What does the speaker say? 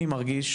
אני מרגיש,